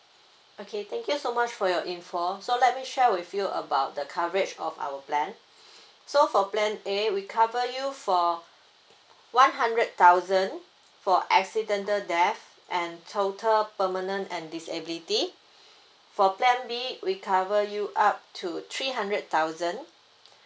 okay thank you so much for your info so let me share with you about the coverage of our plan so for plan A we cover you for one hundred thousand for accidental death and total permanent and disability for plan B we cover you up to three hundred thousand